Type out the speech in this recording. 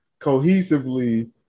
cohesively